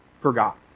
forgot